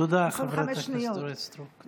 תודה, חברת הכנסת אורית סטרוק.